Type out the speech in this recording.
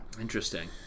Interesting